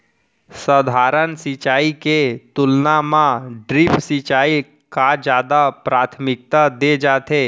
सधारन सिंचाई के तुलना मा ड्रिप सिंचाई का जादा प्राथमिकता दे जाथे